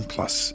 Plus